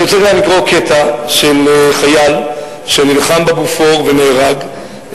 אני רוצה כאן לקרוא קטע על חייל שנלחם בבופור ונהרג,